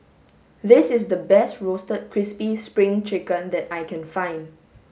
this is the best roasted crispy spring chicken that I can find